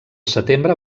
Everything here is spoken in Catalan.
setembre